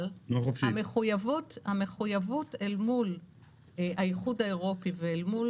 אבל המחויבות אל מול האיחוד האירופי ואל מול